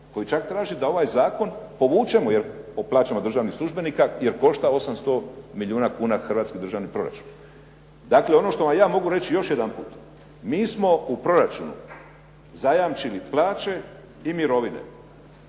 koji čak traži da ovaj zakon povučemo o plaćama državnih službenika jer košta 800 milijuna kuna hrvatski državni proračun. Dakle, ono što vam ja mogu reći još jedanput. Mi smo u proračunu zajamčili plaće i mirovine